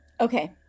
okay